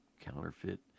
counterfeit